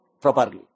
properly